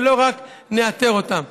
ולא רק נאתר אותם.